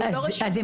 אם כן,